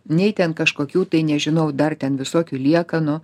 nei ten kažkokių tai nežinau dar ten visokių liekanų